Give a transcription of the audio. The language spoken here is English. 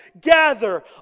gather